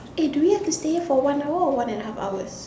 eh do we have to stay here for one hour or one and a half hours